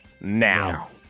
now